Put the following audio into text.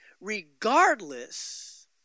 regardless